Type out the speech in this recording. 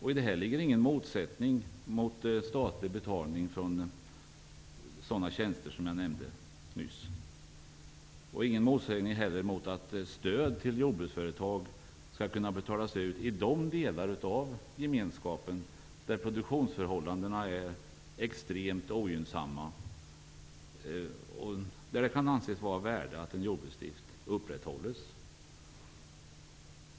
I det ligger ingen motsättning mot statlig betalning för sådana tjänster som jag nämnde nyss och ingen motsättning heller mot att stöd till jordbruksföretag skall kunna betalas ut i de delar av Gemenskapen där produktionsförhållandena är extremt ogynnsamma och där det kan anses vara av värde att en jordbruksdrift upprätthålles.